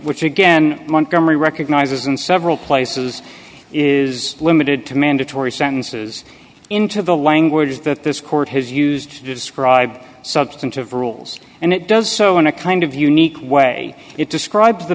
which again montgomery recognizes in several places is limited to mandatory sentences into the language that this court has used to describe substantive rules and it does so in a kind of unique way it describes the